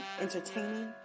entertaining